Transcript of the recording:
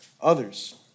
others